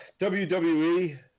WWE